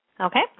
Okay